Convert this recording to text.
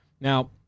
Now